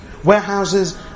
warehouses